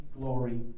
glory